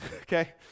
Okay